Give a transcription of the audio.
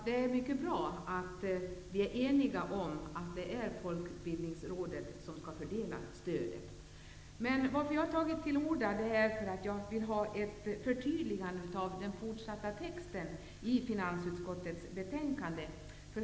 Det är mycket bra att vi är eniga om att Folkbildningsrådet skall fördela stödet. Jag har tagit till orda därför att jag vill få ett förtydligande av den fortsatta texten i finansutskottets betänkande.